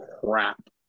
crap